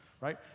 right